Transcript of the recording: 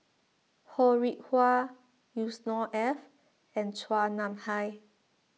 Ho Rih Hwa Yusnor Ef and Chua Nam Hai